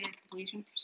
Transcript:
completion